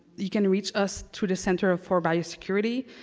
you can reach us through the center ah for biosecurity.